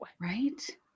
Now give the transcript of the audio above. Right